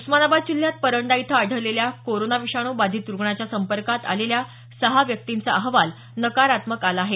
उस्मानाबाद जिल्ह्यात परंडा इथं आढळलेल्या कोरोना विषाणू बाधित रुग्णाच्या संपर्कात आलेल्या सहा व्यक्तींचा अहवाल नकारात्मक आला आहे